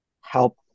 help